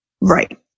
Right